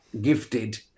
gifted